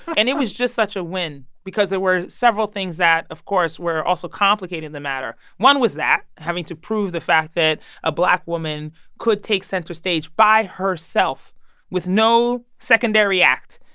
and it was just such a win because there were several things that, of course, were also complicating the matter. one was that having to prove the fact that a black woman could take center stage by herself with no secondary act,